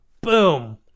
Boom